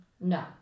No